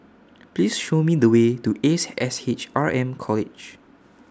Please Show Me The Way to Ace S H R M College